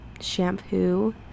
shampoo